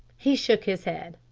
he shook his head.